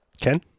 Ken